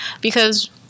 Because-